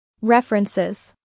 References